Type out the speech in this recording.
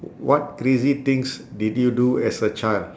what crazy things did you do as a child